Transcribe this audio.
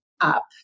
up